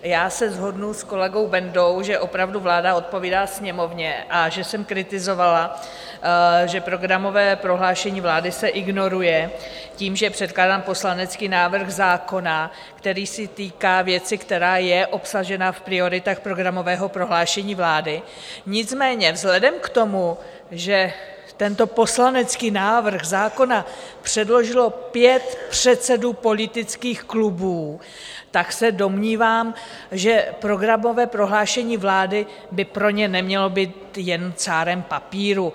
Já se shodnu s kolegou Bendou, že opravdu vláda odpovídá Sněmovně a že jsem kritizovala, že programové prohlášení vlády se ignoruje tím, že je předkládán poslanecký návrh zákona, který se týká věci, která je obsažena v prioritách programového prohlášení vlády, nicméně vzhledem k tomu, že tento poslanecký návrh zákona předložilo pět předsedů politických klubů, tak se domnívám, že programové prohlášení vlády by pro ně nemělo být jen cárem papíru.